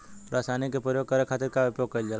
रसायनिक के प्रयोग करे खातिर का उपयोग कईल जाला?